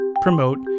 promote